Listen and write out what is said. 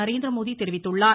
நரேந்திரமோடி தெரிவித்துள்ளார்